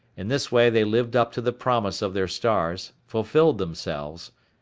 in this way they lived up to the promise of their stars, fulfilled themselves,